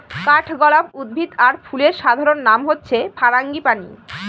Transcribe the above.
কাঠগলাপ উদ্ভিদ আর ফুলের সাধারণ নাম হচ্ছে ফারাঙ্গিপানি